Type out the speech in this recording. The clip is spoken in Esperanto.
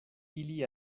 ili